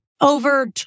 over